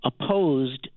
opposed